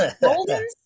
Golden